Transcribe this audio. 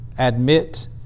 admit